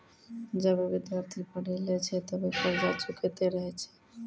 जबे विद्यार्थी पढ़ी लै छै तबे कर्जा चुकैतें रहै छै